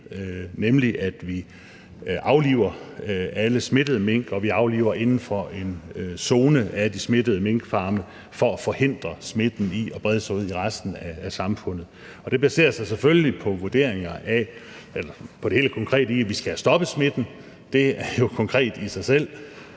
nemlig at vi afliver alle smittede mink, og at vi afliver inden for en zone af de smittede minkfarme for at forhindre smitten i at brede sig ud i resten af samfundet. Det baserer sig selvfølgelig på det helt konkrete i, at vi skal have stoppet smitten – det er jo konkret i sig selv